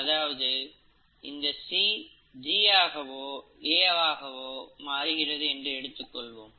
அதாவது இந்த C G ஆகவோ அல்லது A ஆகவோ மாறுகிறது என்று எடுத்துக்கொள்வோம்